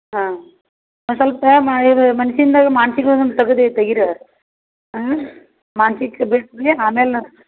ಹಾಂ ಒಂದು ಸೊಲ್ಪ ಮಾ ಇದು ಮನ್ಸಿಂದಾಗೆ ಮಾನ್ಸಿಕ್ವಾದನ್ನ ತಗದೆ ತೆಗಿರೆ ಹಾಂ ಮಾನ್ಸಿಕ ಬಿಟ್ರ್ಯ ಆಮ್ಯಾಲೆ